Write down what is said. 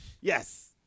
Yes